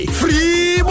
free